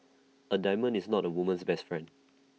A diamond is not A woman's best friend